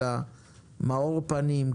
אלא מאור פנים,